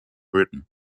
britain